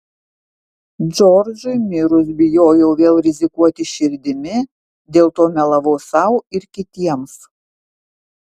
džordžui mirus bijojau vėl rizikuoti širdimi dėl to melavau sau ir kitiems